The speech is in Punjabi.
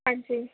ਹਾਂਜੀ